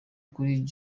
kuri